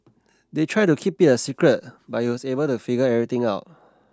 they tried to keep it a secret but he was able to figure everything out